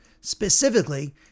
specifically